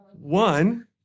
One